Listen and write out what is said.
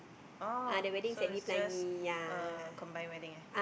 oh so it's just a combined wedding eh